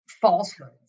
falsehoods